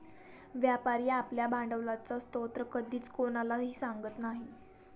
व्यापारी आपल्या भांडवलाचा स्रोत कधीच कोणालाही सांगत नाही